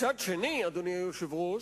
מצד שני, אדוני היושב-ראש,